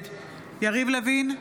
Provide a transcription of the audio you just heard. נגד יריב לוין,